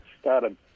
started